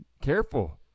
Careful